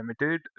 limited